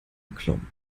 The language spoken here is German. erklomm